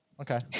Okay